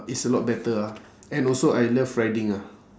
it's a lot better ah and also I love riding ah